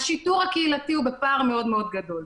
השיטור הקהילתי בפער מאוד גדול.